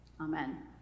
Amen